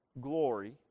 glory